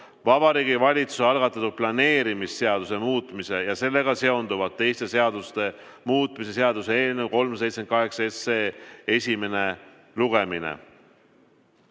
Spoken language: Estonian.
Vabariigi Valitsuse algatatud planeerimisseaduse muutmise ja sellega seonduvalt teiste seaduste muutmise seaduse eelnõu 378 esimene lugemine.